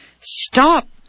Stop